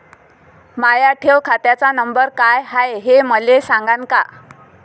माया ठेव खात्याचा नंबर काय हाय हे मले सांगान का?